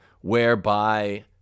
whereby